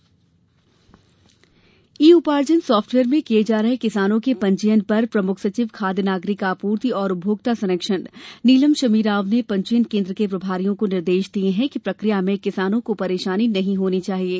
निर्देश ई उपार्जन ई उपार्जन सॉफ्टवेयर में किये जा रहे किसानों के पंजीयन पर प्रमुख सचिव खाद्य नागरिक आपूर्ति और उपभोक्ता संरक्षण नीलम शमी राव ने पंजीयन केन्द्र के प्रभारियों को निर्देश दिये हैं कि प्रक्रिया में किसानों को परेशानी नहीं होना चाहिये